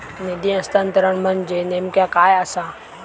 निधी हस्तांतरण म्हणजे नेमक्या काय आसा?